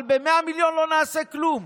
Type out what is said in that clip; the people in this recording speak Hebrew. אבל ב-100 מיליון לא נעשה כלום.